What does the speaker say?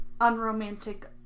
unromantic